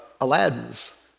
Aladdin's